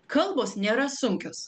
kalbos nėra sunkios